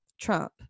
Trump